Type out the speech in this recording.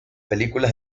películas